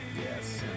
Yes